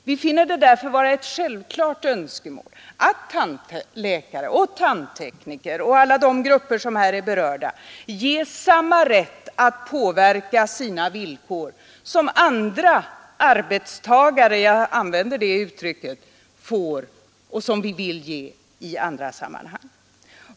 Vi finner det därför vara ett självklart önskemål att tandläkare och tandtekniker och alla de grupper som här är berörda ges samma rätt att påverka sina villkor som andra arbetstagare — jag använder det uttrycket — har och som vi vill ge i andra sammanhang.